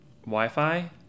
Wi-Fi